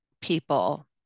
people